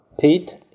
Pete